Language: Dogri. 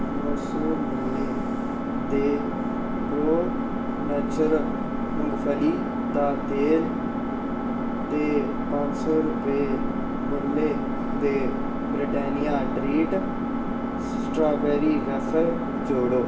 नौ सौ मुल्लै दे प्रो नेचर मुंगफली दा तेल ते पंज सौ रपेऽ मुल्लै दे ब्रिटानिया ट्रीट स्ट्रॉबेरी वेफर्स जोड़ो